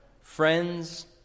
friends